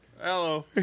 Hello